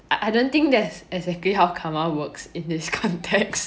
I don't think that's exactly how karma works in this context